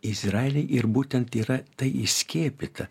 izraely ir būtent yra tai įskiepyta